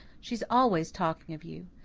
she's always talking of you.